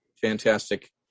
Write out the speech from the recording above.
Fantastic